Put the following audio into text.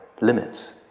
limits